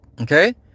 Okay